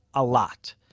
a lot.